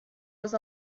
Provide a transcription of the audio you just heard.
was